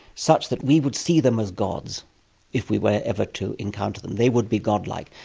such that we would see them as gods if we were ever to encounter them, they would be god-like.